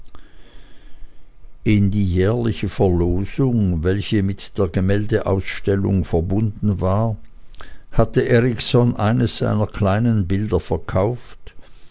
in die jährliche verlosung welche mit der gemäldeausstellung verbunden war hatte erikson eines seiner kleinen bilder verkauft